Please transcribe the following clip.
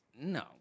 no